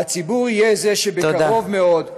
והציבור יהיה זה שבקרוב מאוד,